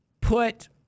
put